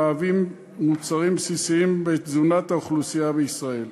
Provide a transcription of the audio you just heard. והם מהווים מוצרים בסיסיים בתזונת האוכלוסייה בישראל.